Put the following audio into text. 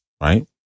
right